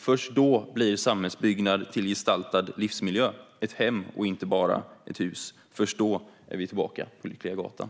Först då blir samhällsbyggnad till gestaltad livsmiljö - ett hem och inte bara ett hus. Först då är vi tillbaka på lyckliga gatan.